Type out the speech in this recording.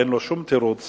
אין לו שום תירוץ